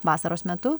vasaros metu